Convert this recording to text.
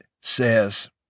says